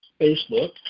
Facebook